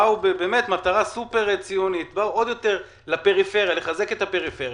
באו במטרה סופר ציונית, באו לחזק את הפריפריה,